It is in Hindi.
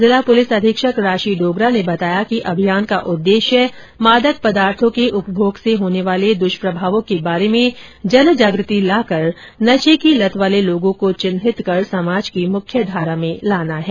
जिला पुलिस अधीक्षक राशि डोगरा ने बताया कि अभियान का उद्देश्य मादक पदार्थों के उपभोग से होने वाले दुष्पभावों के बारे में जनजागृति लाकर नशे की लत वाले लोगों को चिन्हित कर समाज की मुख्यधारा में लाना है